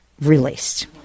released